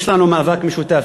יש לנו מאבק משותף,